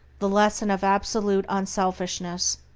the lesson of absolute unselfishness.